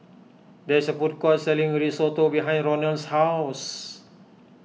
there is a food court selling Risotto behind Ronal's house